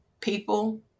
people